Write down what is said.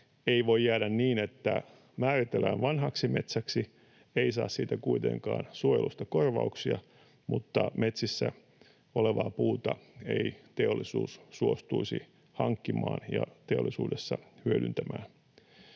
ei voi jäädä niin, että määritellään vanhaksi metsäksi, ei saa kuitenkaan suojelusta korvauksia, mutta metsissä olevaa puuta ei teollisuus suostuisi hankkimaan ja teollisuudessa hyödyntämään.